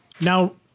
Now